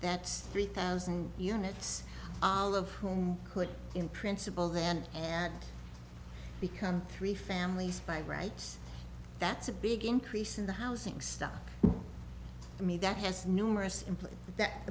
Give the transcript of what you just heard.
that's three thousand units all of whom could in principle then and become three families by rights that's a big increase in the housing stock to me that has numerous employee that i